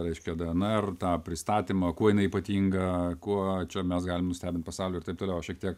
reiškia dnr tą pristatymą kuo jinai ypatinga kuo čia mes galim nustebinti pasaulį ir taip toliau šiek tiek